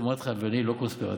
אמרתי לך, אדוני: לא קונספירטיבי.